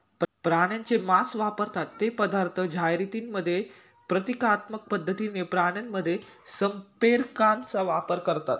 प्राण्यांचे मांस वापरतात ते पदार्थ जाहिरातींमध्ये प्रतिकात्मक पद्धतीने प्राण्यांमध्ये संप्रेरकांचा वापर करतात